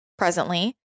presently